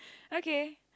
okay